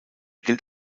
gilt